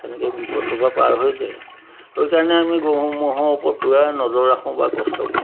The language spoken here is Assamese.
তেনেকৈ বিপদটোৰ পৰা পাৰ হৈ যায় সেইকাৰণে আমি গৰু ম'হৰ ওপৰত পূৰা নজৰ ৰাখোঁ বা কষ্ট কৰোঁ